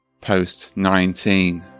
post-19